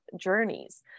journeys